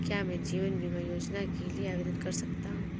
क्या मैं जीवन बीमा योजना के लिए आवेदन कर सकता हूँ?